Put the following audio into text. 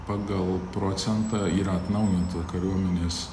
pagal procentą yra atnaujinta kariuomenės